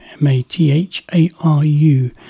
M-A-T-H-A-R-U